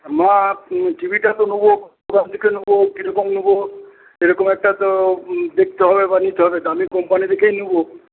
মা টিভিটা তো নেব কিরকম নেব এরকম একটা তো দেখতে হবে বা নিতে হবে দামি কম্পানি দেখেই নেব